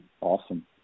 awesome